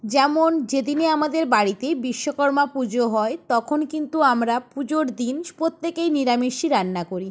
যেমন যে দিনে আমাদের বাড়িতে বিশ্বকর্মা পুজো হয় তখন কিন্তু আমরা পুজোর দিন প্রত্যেকেই নিরামিষ রান্না করি